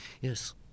Yes